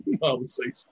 conversation